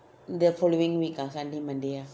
the following week ah sunday monday ah